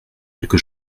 quelque